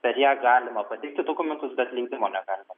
per ją galima pateikti dokumentus bet leidimo negalima